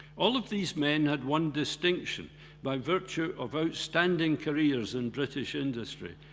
all of these men had one distinction by virtue of outstanding careers in british industry,